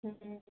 ହୁଁ